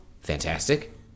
fantastic